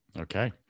Okay